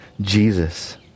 Jesus